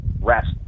rest